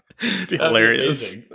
hilarious